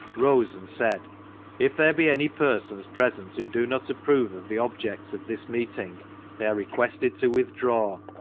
rose and said if there be any persons present who do not approve of the objects of this meeting they are requested to withdraw.